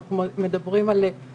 אנחנו לא מתעסקים בתקציבים הקטנים